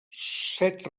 set